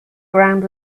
ground